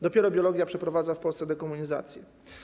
Dopiero biologia przeprowadza w Polsce dekomunizację.